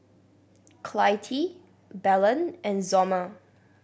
Clytie Belen and Somer